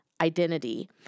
identity